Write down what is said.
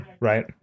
right